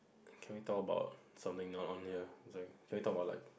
can we talk about something not on here it's like can we talk about like